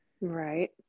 Right